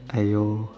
!aiyo!